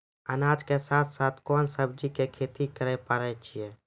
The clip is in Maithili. अनाज के साथ साथ कोंन सब्जी के खेती करे पारे छियै?